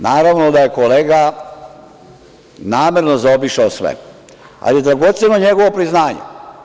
Naravno da je kolega namerno zaobišao sve, ali dragoceno je njegovo priznanje.